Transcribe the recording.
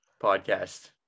podcast